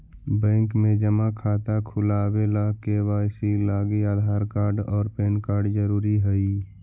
bank में जमा खाता खुलावे ला के.वाइ.सी लागी आधार कार्ड और पैन कार्ड ज़रूरी हई